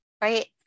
right